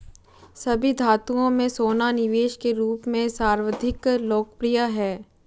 सभी धातुओं में सोना निवेश के रूप में सर्वाधिक लोकप्रिय है